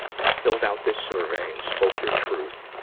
filled out this survey and spoke your truth,